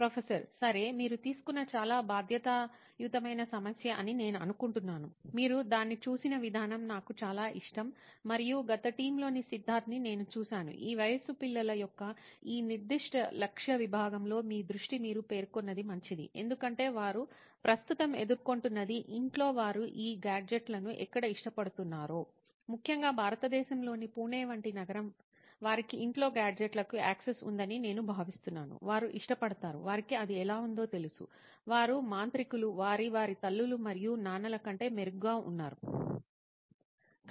professor సరే మీరు తీసుకున్న చాలా బాధ్యతాయుతమైన సమస్య అని నేను అనుకుంటున్నాను మీరు దాన్ని చూసిన విధానం నాకు చాలా ఇష్టం మరియు గత టీమ్లోని సిద్దార్థ్ని నేను చూశాను ఈ వయస్సు పిల్లల యొక్క ఈ నిర్దిష్ట లక్ష్య విభాగంలో మీ దృష్టి మీరు పేర్కొన్నది మంచిది ఎందుకంటే వారు ప్రస్తుతం ఎదుర్కొంటున్నది ఇంట్లో వారు ఈ గాడ్జెట్లను ఎక్కడ ఇష్టపడుతున్నారో ముఖ్యంగా భారతదేశంలోని పూణే వంటి నగరం వారికి ఇంట్లో గాడ్జెట్లకు యాక్సిస్ ఉందని నేను భావిస్తున్నాను వారు ఇష్టపడతారు వారికి అది ఎలా ఉందో తెలుసు వారు మాంత్రికులు వారు వారి తల్లులు మరియు నాన్నల కంటే మెరుగ్గా ఉన్నారు